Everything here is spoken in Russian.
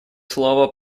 слово